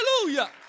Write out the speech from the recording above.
hallelujah